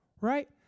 right